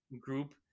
group